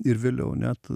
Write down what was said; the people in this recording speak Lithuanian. ir vėliau net